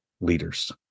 leaders